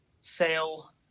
sale